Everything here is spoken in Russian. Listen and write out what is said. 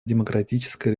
демократической